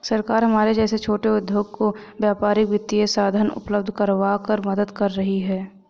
सरकार हमारे जैसे छोटे उद्योगों को व्यापारिक वित्तीय साधन उपल्ब्ध करवाकर मदद कर रही है